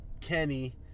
Kenny